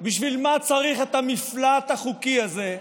בשביל מה צריך את המפלט החוקי הזה?